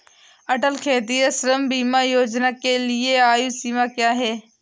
अटल खेतिहर श्रम बीमा योजना के लिए आयु सीमा क्या है?